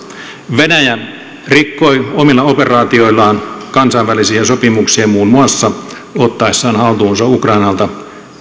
venäjä rikkoi omilla operaatioillaan kansainvälisiä sopimuksia muun muassa ottaessaan haltuunsa ukrainalta